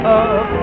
up